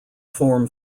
form